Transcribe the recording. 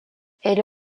elle